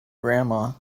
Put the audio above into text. grandma